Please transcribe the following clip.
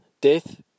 Death